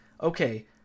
okay